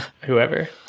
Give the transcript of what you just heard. whoever